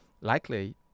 likely